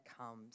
comes